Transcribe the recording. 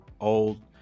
old